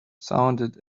sounded